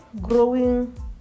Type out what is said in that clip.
growing